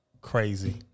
Crazy